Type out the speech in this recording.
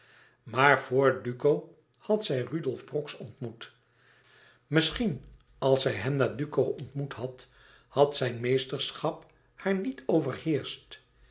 maar vor duco had zij rudolf brox ontmoet misschien als zij hem na duco ontmoet had had zijn meesterschap haar niet